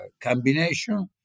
combination